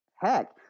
heck